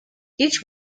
each